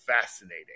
fascinating